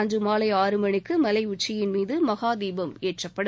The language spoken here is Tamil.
அன்று மாலை ஆறுமணிக்கு மலை உச்சியின் மீது மகாதீபம் ஏற்றப்படும்